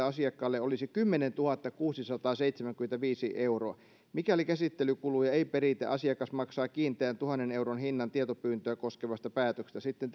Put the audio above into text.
asiakkaalle olisi kymmenentuhattakuusisataaseitsemänkymmentäviisi euroa mikäli käsittelykuluja ei peritä asiakas maksaa kiinteän tuhannen euron hinnan tietopyyntöä koskevasta päätöksestä sitten